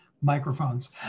microphones